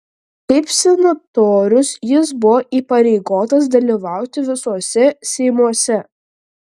kaip senatorius jis buvo įpareigotas dalyvauti visuose seimuose